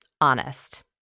honest